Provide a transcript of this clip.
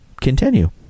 continue